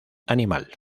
animal